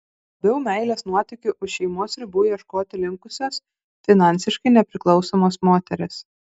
labiau meilės nuotykių už šeimos ribų ieškoti linkusios finansiškai nepriklausomos moterys